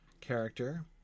character